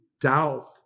doubt